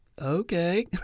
okay